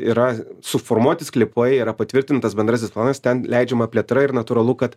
yra suformuoti sklypai yra patvirtintas bendrasis planas ten leidžiama plėtra ir natūralu kad